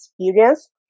experience